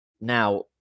now